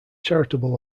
charitable